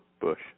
Bush